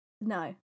No